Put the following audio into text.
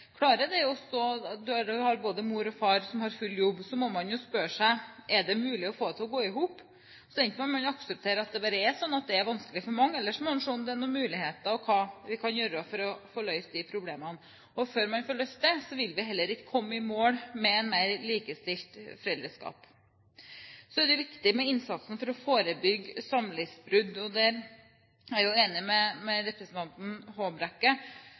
klarer det – både mor og far har full jobb – må man jo spørre seg om det er mulig å få det til å gå i hop. Enten må man akseptere at det er slik at det er vanskelig for mange, eller man må se om det er noen muligheter for å få løst disse problemene. Og før man får løst dem, vil man heller ikke komme i mål med et mer likestilt foreldreskap. Innsatsen for å forebygge samlivsbrudd er viktig. Jeg er enig med representanten Håbrekke i at vi kan spare samfunnet for veldig mye penger hvis man klarer å